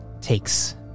takes